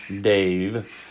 Dave